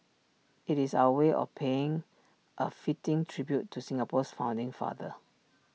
IT is our way of paying A fitting tribute to Singapore's founding father